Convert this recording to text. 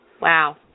Wow